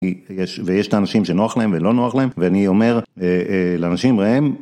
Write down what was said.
ויש את האנשים שנוח להם ולא נוח להם, ואני אומר לאנשים ראם